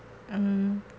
mm